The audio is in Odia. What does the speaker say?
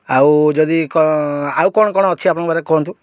ଆଉ ଯଦି କ'ଣ ଆଉ କ'ଣ କ'ଣ ଅଛି ଆପଣଙ୍କ ପାଖରେ କୁହନ୍ତୁ